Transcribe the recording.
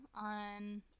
on